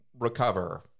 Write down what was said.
recover